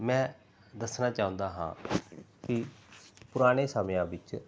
ਮੈਂ ਦੱਸਣਾ ਚਾਹੁੰਦਾ ਹਾਂ ਕਿ ਪੁਰਾਣੇ ਸਮਿਆਂ ਵਿੱਚ